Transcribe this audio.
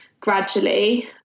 gradually